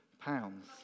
pounds